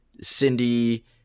cindy